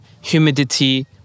humidity